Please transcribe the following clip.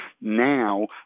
Now